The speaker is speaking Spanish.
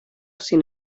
sin